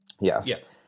yes